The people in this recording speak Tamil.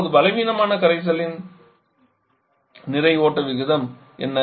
இப்போது பலவீனமான கரைசலின் நிறை ஓட்ட விகிதம் என்ன